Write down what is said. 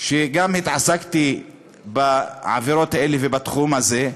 וגם התעסקתי בעבירות האלה ובתחום הזה,